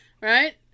right